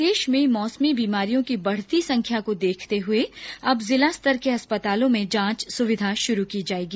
प्रदेश में मौसमी बीमारियों की बढ़ती संख्या को देखते हुए अब जिला स्तर के अस्पतालों में जांच सुविधा शुरू की जाएगी